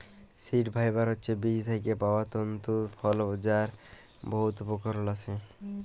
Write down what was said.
seed fibre হছে বীজ থ্যাইকে পাউয়া তল্তু ফল যার বহুত উপকরল আসে